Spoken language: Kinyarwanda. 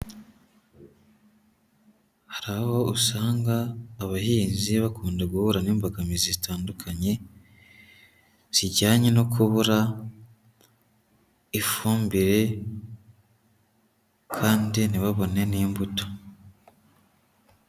Hari aho usanga abahinzi bakunda guhura n'imbogamizi zitandukanye, zijyanye no kubura ifumbire kandi ntibabone n'imbuto.